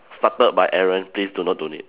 started by Aaron please do not donate